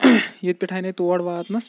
ییٚتہِ پٮ۪ٹھ اَنے تور واتنَس